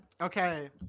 okay